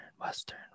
Western